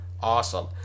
Awesome